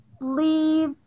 leave